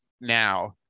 now